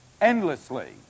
endlessly